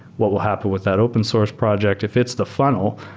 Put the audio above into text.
what will happen with that open source project? if it's the funnel,